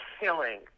killing